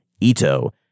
Ito